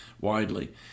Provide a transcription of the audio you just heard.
widely